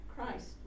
Christ